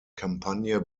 kampagne